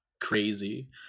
crazy